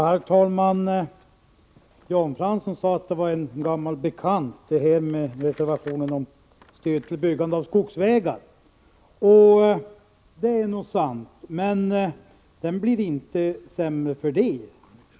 Herr talman! Jan Fransson sade att reservationen om stöd till byggande av skogsvägar var en gammal bekant. Det är nog sant, men reservationen blir inte sämre för det.